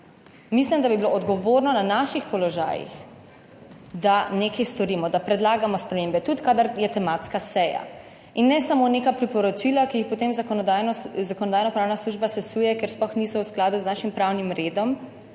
Mislim, da bi bilo odgovorno na naših položajih, da nekaj storimo, da predlagamo spremembe tudi, kadar je tematska seja in ne samo neka priporočila, ki jih potem Zakonodajno-pravna služba sesuje, ker sploh niso v skladu z našim pravnim redom,